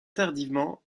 tardivement